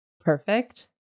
Perfect